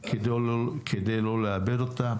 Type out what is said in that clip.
כדי לא לאבד אותה